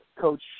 Coach